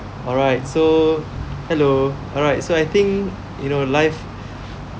alright so hello alright so I think you know life